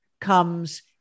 comes